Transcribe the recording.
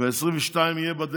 21 נורבגים, ו-22, אולי יהיה בדרך.